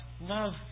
love